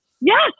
Yes